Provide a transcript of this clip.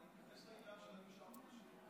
ואני אתייחס לעניין של תשעה חודשים.